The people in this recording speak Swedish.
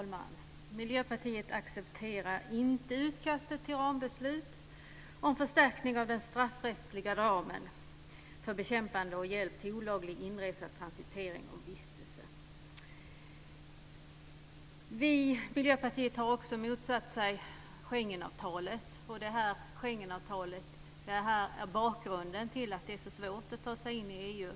Fru talman! Miljöpartiet accepterar inte utkastet till rambeslut om förstärkning av den straffrättsliga ramen för bekämpande av hjälp till olaglig inresa, transitering och vistelse. Miljöpartiet motsatte sig också Schengenavtalet, som är bakgrunden till att det är så svårt att ta sig in i EU.